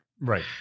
Right